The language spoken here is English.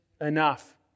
enough